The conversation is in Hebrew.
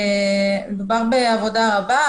מדובר בעבודה רבה.